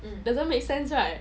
it doesn't make sense right